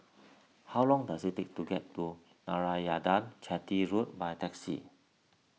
how long does it take to get to Narayanan Chetty Road by taxi